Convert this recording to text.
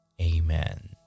Amen